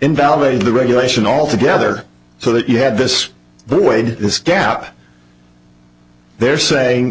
invalidated the regulation altogether so that you had this weighed this gap they're saying